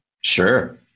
Sure